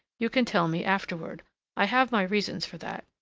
you can tell me afterward i have my reasons for that.